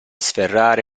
sferrare